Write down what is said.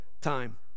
time